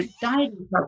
dieting